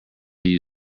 you